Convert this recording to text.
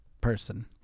person